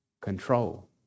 Control